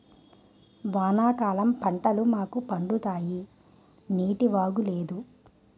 వానాకాలం పంటలు మాకు పండుతాయి నీటివాగు లేదు